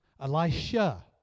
Elisha